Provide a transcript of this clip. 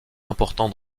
important